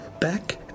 back